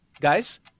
Guys